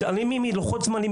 מתעלמים מלוחות הזמנים,